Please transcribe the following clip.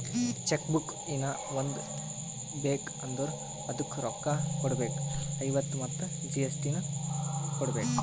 check book ಹೀನಾ ಒಂದ್ ಬೇಕ್ ಅಂದುರ್ ಅದುಕ್ಕ ರೋಕ್ಕ ಕೊಡ್ಬೇಕ್ ಐವತ್ತ ಮತ್ ಜಿ.ಎಸ್.ಟಿ ನು ಕೊಡ್ಬೇಕ್